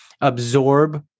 absorb